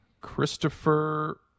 Christopher